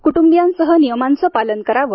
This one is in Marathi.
कुटुंबीयांसह नियमांचे पालन करावे